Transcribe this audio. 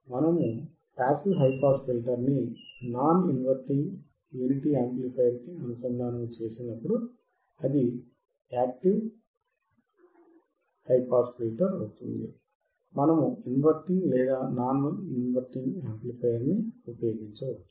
మనము passive high pass filter ని non inverting unity amplifier కి అనుసంధానము చేసినపుడు అది యాక్టివ్ హై పాస్ ఫిల్టర్ అవుతుంది మనము ఇన్వర్టింగ్ లేదా నాన్ ఇన్వర్టింగ్ యాంప్లిఫయర్ ని ఉపయోగించవచ్చు